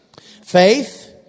Faith